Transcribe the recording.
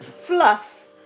fluff